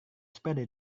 sepeda